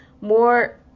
more